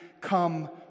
come